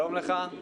בבקשה.